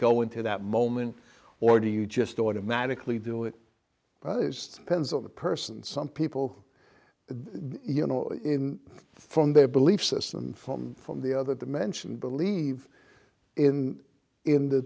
go into that moment or do you just automatically do it just depends on the person some people you know in from their belief system from from the other dimension believe in in the